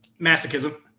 Masochism